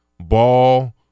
Ball